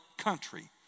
Country